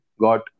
got